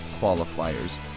qualifiers